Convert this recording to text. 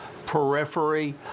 periphery